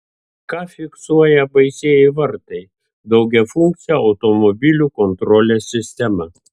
ką fiksuoja baisieji vartai daugiafunkcė automobilių kontrolės sistema